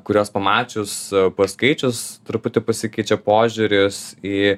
kuriuos pamačius paskaičius truputį pasikeičia požiūris į